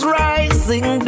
rising